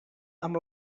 amb